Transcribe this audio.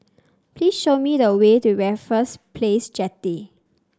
please show me the way to Raffles Place Jetty